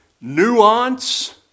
nuance